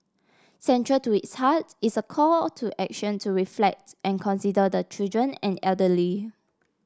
central to its heart is a call to action to reflects and consider the children and elderly